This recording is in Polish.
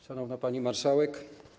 Szanowna Pani Marszałek!